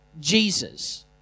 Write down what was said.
Jesus